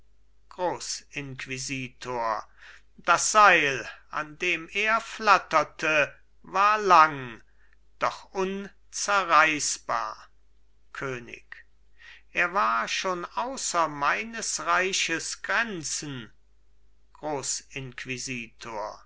grossinquisitor das seil an dem er flatterte war lang doch unzerreißbar könig er war schon außer meines reiches grenzen